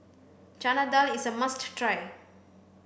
Chana Dal is a must try